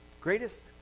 greatest